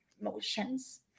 motions